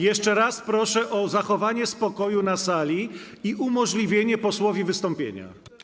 Jeszcze raz proszę o zachowanie spokoju na sali i umożliwienie posłowi wystąpienia.